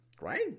right